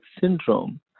syndrome